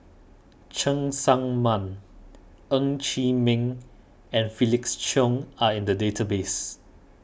Cheng Tsang Man Ng Chee Meng and Felix Cheong are in the database